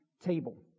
table